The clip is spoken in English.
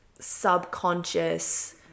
subconscious